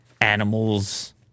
animals